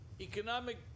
Economic